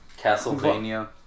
Castlevania